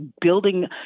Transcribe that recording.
building